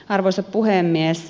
arvoisa puhemies